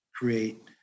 create